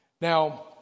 Now